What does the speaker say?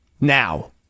now